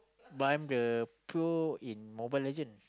but I'm the poor in Mobile-Legends